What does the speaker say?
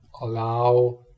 allow